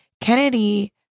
Kennedy